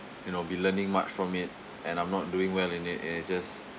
you know be learning much from it and I'm not doing well in it and it just